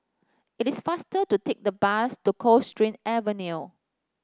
it is faster to take the bus to Coldstream Avenue